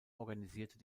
organisierte